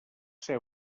ser